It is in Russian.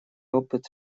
опыт